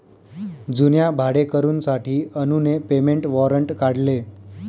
जुन्या भाडेकरूंसाठी अनुने पेमेंट वॉरंट काढले